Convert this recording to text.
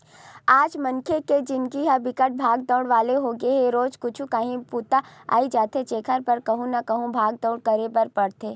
आज मनखे के जिनगी ह बिकट भागा दउड़ी वाला होगे हे रोजे कुछु काही बूता अई जाथे जेखर बर कहूँ न कहूँ भाग दउड़ करे बर परथे